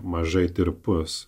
mažai tirpus